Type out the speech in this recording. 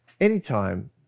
anytime